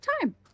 time